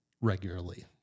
regularly